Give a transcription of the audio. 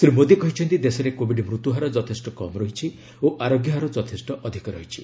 ଶ୍ରୀ ମୋଦୀ କହିଛନ୍ତି ଦେଶରେ କୋବିଡ୍ ମୃତ୍ୟୁ ହାର ଯଥେଷ୍ଟ କମ୍ ରହିଛି ଓ ଆରୋଗ୍ୟ ହାର ଯଥେଷ୍ଟ ଅଧିକ ରହିଛି